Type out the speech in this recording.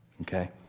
Okay